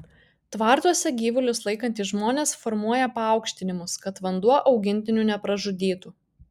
tvartuose gyvulius laikantys žmonės formuoja paaukštinimus kad vanduo augintinių nepražudytų